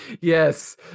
Yes